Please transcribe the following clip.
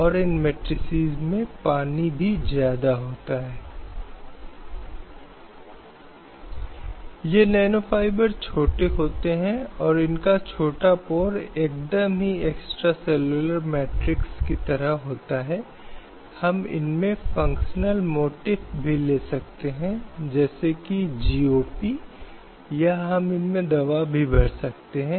संविधान प्रस्तावना से शुरू होता है प्रस्तावना जो देश के लोगों के आदर्शों और आकांक्षाओं को दर्शाता है